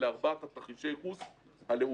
אלה ארבעת תרחישי הייחוס הלאומיים.